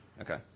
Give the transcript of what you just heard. Okay